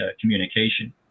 communication